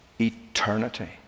Eternity